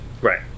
right